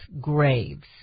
graves